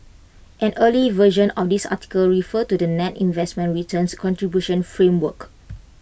an earlier version of this article referred to the net investment returns contribution framework